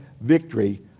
victory